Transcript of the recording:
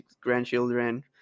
grandchildren